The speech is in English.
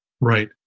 Right